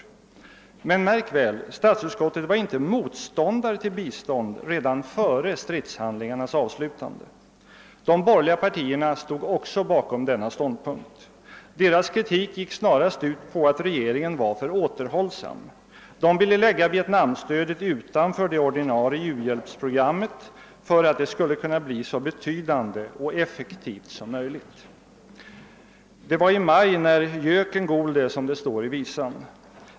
Men märk väl — statsutskottet var inte motståndare till bistånd redan före stridshandlingars utförande! De borgerliga partierna stod också bakom denna ståndpunkt. Deras kritik gick snarast ut på att regeringen var för återhållsam. De ville lägga Vietnamstödet utanför det ordinarie uhjälpsprogrammet för att det skulle bli så betydande och effektivt som möjligt. Det var i maj när göken gol, som det står i visan.